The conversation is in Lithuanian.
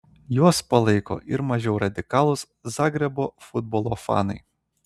juos palaiko ir mažiau radikalūs zagrebo futbolo fanai